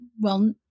well-